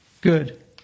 Good